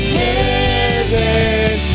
heaven